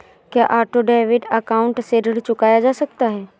क्या auto debit account से ऋण चुकाया जा सकता है?